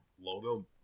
logo